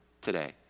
today